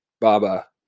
Baba